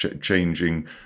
changing